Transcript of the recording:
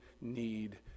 need